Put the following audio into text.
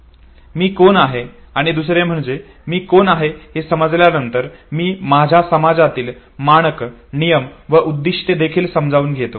मी कोण आहे आणि दुसरे म्हणजे मी कोण आहे हे समजल्यानंतर मी माझ्या समाजातील मानक नियम व उद्दीष्टे देखील समजून घेतो